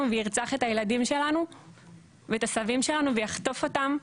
וירצח את הילדים שלנו ואת הסבים שלנו ויחטוף אותם